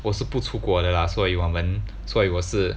我是不出国的 lah 所以我们所以我是